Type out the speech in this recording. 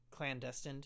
clandestined